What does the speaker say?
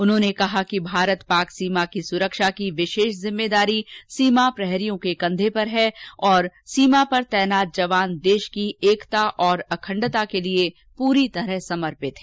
उन्होंने कहा कि भारत पाक सीमा की सुरक्षा की विशेष जिम्मेदारी सीमा प्रहरियों के कंघों पर है और सीमा पर तैनात जवान देश की एकता और अखण्डता के लिए पूरी तरह समर्पित हैं